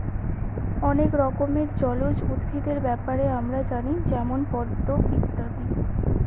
অনেক রকমের জলজ উদ্ভিদের ব্যাপারে আমরা জানি যেমন পদ্ম ইত্যাদি